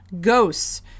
ghosts